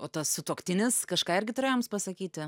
o tas sutuoktinis kažką irgi turėjo jums pasakyti